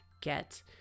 get